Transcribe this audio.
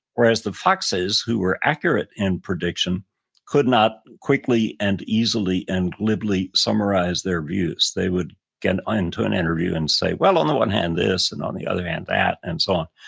whereas the foxes who were accurate in prediction could not quickly and easily and glibly summarize their views. they would get into an interview and say, well, on the one hand this and on the other hand that. and so on,